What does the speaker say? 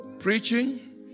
Preaching